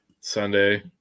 Sunday